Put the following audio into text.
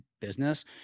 business